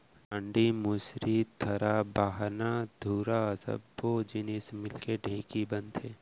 डांड़ी, मुसरी, थरा, बाहना, धुरा सब्बो जिनिस मिलके ढेंकी बनथे